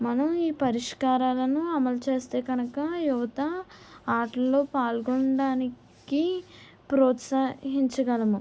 మనం ఈ పరిష్కారాలను అమలు చేస్తే కనుక యువత ఆటల్లో పాల్గొనడానికి ప్రోత్సహించగలము